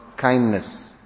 kindness